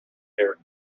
here